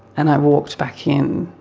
and i walked back in,